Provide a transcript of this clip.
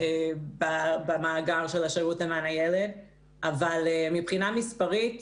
להירשם במאגר של השירות למען הילד אבל מבחינה מספרית,